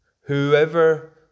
Whoever